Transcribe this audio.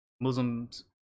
Muslims